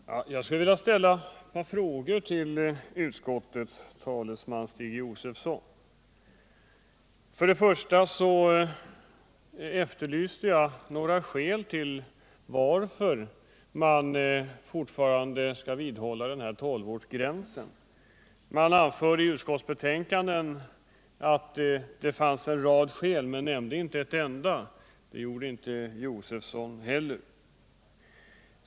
Herr talman! Jag skulle vilja ställa ett par frågor till utskottets talesman Stig Josefson. Jag efterlyste några skäl till att man vill vidhålla 12-årsgränsen. I betänkandet anförs att det finns en rad sådana skäl, men man har där inte nämnt ett enda. Det gjorde inte heller Stig Josefson.